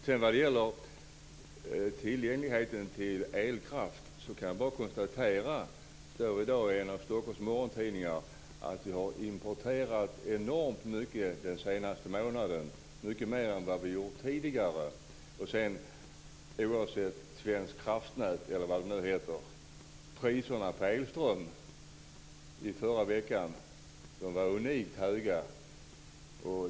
När det sedan gäller tillgängligheten till elkraft kan jag bara konstatera att vi har importerat enormt mycket den senaste månaden, mycket mer än vad vi gjort tidigare. Det står i en av Stockholms morgontidningar i dag. Priserna på elström var unikt höga i förra veckan.